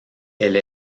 elle